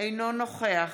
אינו נוכח